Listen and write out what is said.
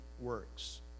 works